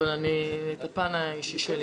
אלא את הפן האישי שלי.